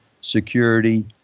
security